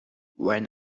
when